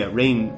rain